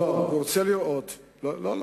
לא,